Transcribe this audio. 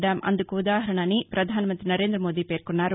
dam అందుకు ఉదాహరణ అని వ్రధానమంతి నరేంద్రమోదీ పేర్కొన్నారు